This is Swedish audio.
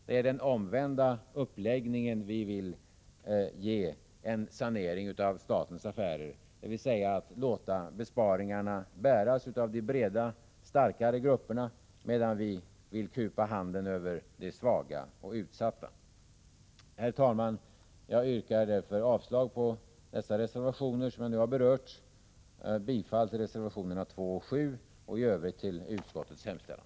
Det är den omvända uppläggningen vi vill ge en sanering av statens affärer: dvs. att låta besparingarna bäras av de breda starkare grupperna, medan vi vill kupa handen över de redan svaga och utsatta. Herr talman! Jag yrkar avslag på de reservationer som jag nu har berört, bifall till reservationerna 2 och 7 och i övrigt till utskottets hemställan.